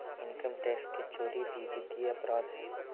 income tax के चोरी भी वित्तीय अपराध हइ